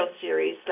series